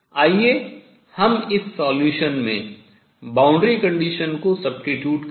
आइए हम इस solution हल में boundary condition को substitute प्रतिस्थापित करें